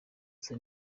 izo